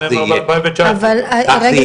כך זה